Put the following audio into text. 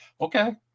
okay